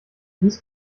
these